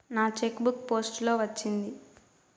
నా cheque book post లో వచ్చింది